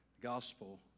gospel